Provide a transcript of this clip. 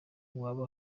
uwaba